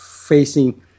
facing